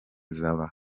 zaba